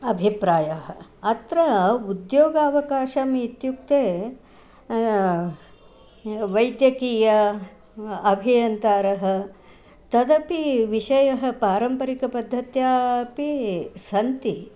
अभिप्रायः अत्र उद्योगावकाशम् इत्युक्ते वैद्यकीय अभियन्तारः तदपि विषयः पारम्परिकपद्धत्यापि सन्ति